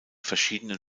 verschiedenen